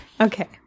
Okay